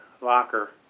locker